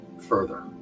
further